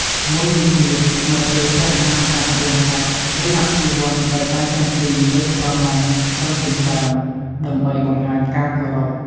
មួយវិញទៀតនៅពេលព្រះមហាក្សត្រយាងកាត់ យើងត្រូវអោនក្បាល ឬអភិវន្ទដោយដៃទាំងពីរលើកប្រណម្យត្រឹមចិញ្ចើម ដើម្បីបង្ហាញការគោរព។